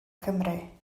cymru